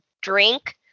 drink